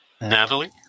Natalie